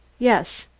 yes.